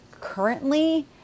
currently